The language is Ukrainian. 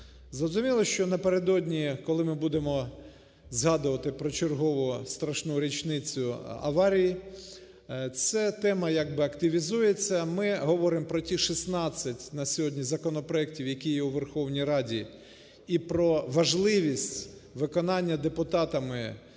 Зрозуміло, що напередодні, коли ми будемо згадувати про чергову страшну річницю аварії, ця тема як би активізується, ми говоримо про ті 16 на сьогодні законопроектів, які є у Верховній Раді, і про важливість виконання депутатами